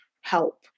help